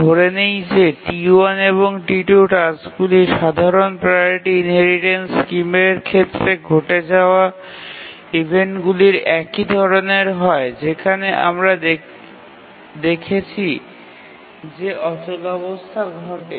ধরে নিই যে T1 এবং T2 টাস্কগুলি সাধারণ প্রাওরিটি ইনহেরিটেন্স স্কিমের ক্ষেত্রে ঘটে যাওয়া ইভেন্টগুলির একই ধরণের হয় যেখানে আমরা দেখেছি যে অচলাবস্থা ঘটে